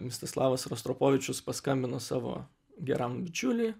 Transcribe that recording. mistislavas rostropovičius paskambino savo geram bičiuliui